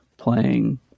playing